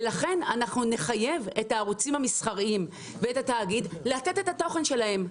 ולכן אנחנו נחייב את הערוצים המסחריים ואת התאגיד לתת את התוכן שלהם.